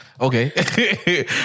Okay